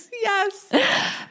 Yes